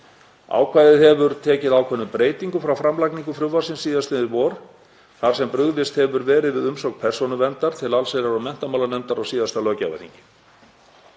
Ákvæðið hefur tekið ákveðnum breytingum frá framlagningu frumvarpsins síðastliðið vor þar sem brugðist hefur verið við umsögn Persónuverndar til allsherjar- og menntamálanefndar á síðasta löggjafarþingi.